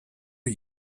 are